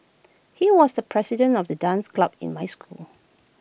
he was the president of the dance club in my school